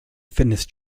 fitness